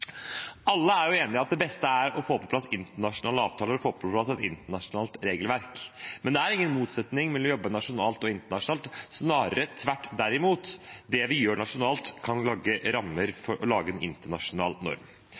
Alle er jo enig i at det beste er å få på plass internasjonale avtaler og et internasjonalt regelverk, men det er ingen motsetning mellom å jobbe nasjonalt og å jobbe internasjonalt – snarere tvert imot, det vi gjør nasjonalt, kan lage rammer for en internasjonal norm.